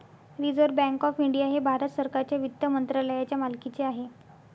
reserve bank of India हे भारत सरकारच्या वित्त मंत्रालयाच्या मालकीचे आहे